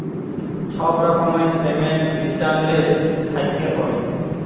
ছব রকমের payment internet থ্যাইকে হ্যয়